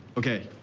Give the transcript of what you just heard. ok,